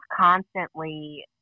constantly